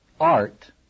art